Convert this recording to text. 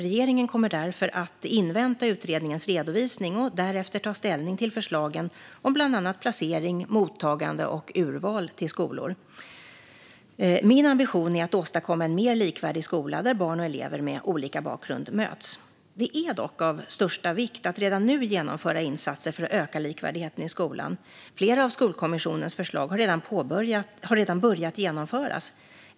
Regeringen kommer därför att invänta utredningens redovisning och därefter ta ställning till förslagen om bland annat placering, mottagande och urval till skolor. Min ambition är att åstadkomma en mer likvärdig skola, där barn och elever med olika bakgrund möts. Det är dock av största vikt att redan nu genomföra insatser för att öka likvärdigheten i skolan. Flera av Skolkommissionens förslag har redan börjat genomföras.